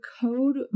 code